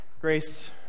Grace